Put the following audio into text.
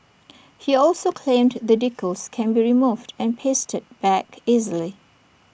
he also claimed the decals can be removed and pasted back easily